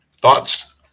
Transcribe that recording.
Thoughts